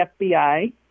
FBI